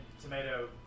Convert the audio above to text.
tomato